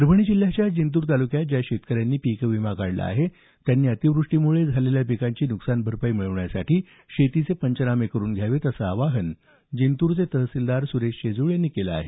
परभणी जिल्ह्याच्या जिंतूर तालुक्यात ज्या शेतकऱ्यांनी पीकविमा काढला आहे त्यांनी अतिवृष्टीमुळे झालेल्या पिकांची नुकसान भरपाई मिळवण्यासाठी शेतीचे पंचनामे करून घ्यावेत असं आवाहन जिंतूरचे तहसीलदार सुरेश शेजूळ यांनी केलं आहे